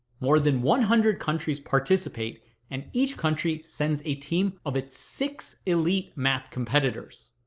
more than one hundred countries participate and each country sends a team of its six elite math competitors.